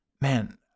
man